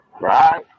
Right